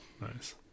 Nice